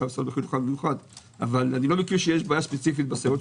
לא מכיר שיש בעיה ספציפית בזה.